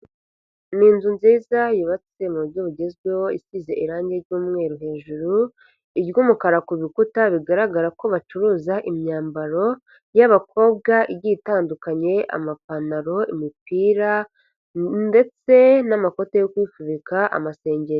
Ni inzu nziza yubatswe mu buryo bugezweho isize irangi ry'umweru hejuru, iry'umukara ku bikuta bigaragara ko bacuruza imyambaro y'abakobwa igiye itandukanye, amapantaro, imipira ndetse n'amakoti yo kwifubika, amasengeri...